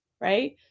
right